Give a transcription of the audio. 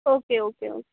okay okay